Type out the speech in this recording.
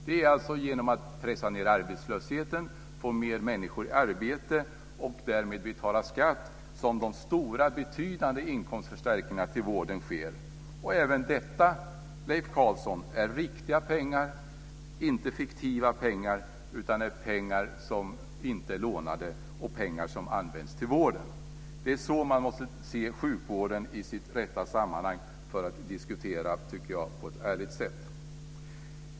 Det är alltså genom att pressa ned arbetslösheten och få fler människor i arbete som därmed betalar skatt som de stora och betydande inkomstförstärkningarna till vården sker. Även detta, Leif Carlson, är riktiga pengar, inte fiktiva pengar, pengar som inte är lånade och pengar som används till vården. Jag tycker att man måste se sjukvården i dess rätta sammanhang för att kunna diskutera på ett ärligt sätt.